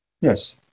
yes